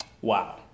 Wow